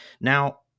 Now